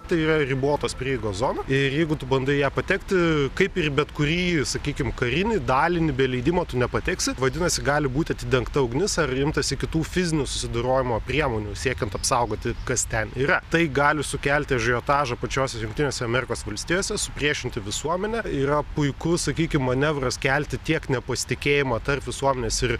tai yra ribotos prieigos zona ir jeigu tu bandai į ją patekti kaip ir į bet kurį sakykim karinį dalinį be leidimo tu nepateksi vadinasi gali būti atidengta ugnis ar imtasi kitų fizinio susidorojimo priemonių siekiant apsaugoti kas ten yra tai gali sukelti ažiotažą pačiose jungtinėse amerikos valstijose supriešinti visuomenę yra puikus sakykim manevras kelti tiek nepasitikėjimo tarp visuomenės ir